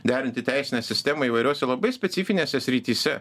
derinti teisinę sistemą įvairiose labai specifinėse srityse